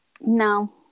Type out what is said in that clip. No